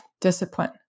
discipline